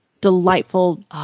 delightful